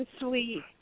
Sweet